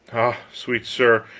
ah, sweet sir,